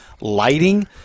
Lighting